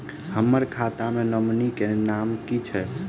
हम्मर खाता मे नॉमनी केँ नाम की छैय